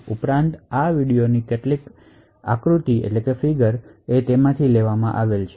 આ ઉપરાંત આ વિડિઓમાંની કેટલીક આકૃતિઓ ઇન્ટેલ પરથી લેવામાં આવી છે